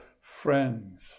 friends